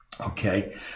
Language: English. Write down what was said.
Okay